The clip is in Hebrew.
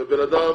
ובן אדם